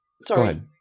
sorry